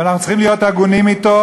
ואנחנו צריכים להיות הגונים אתו,